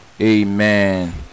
Amen